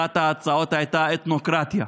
אחת ההצעות הייתה אתנוקרטיה.